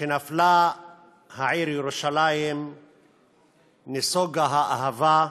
"כשנפלה העיר ירושלים נסוגה האהבה,